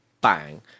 bang